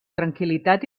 tranquil·litat